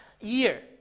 year